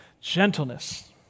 gentleness